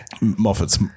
Moffat's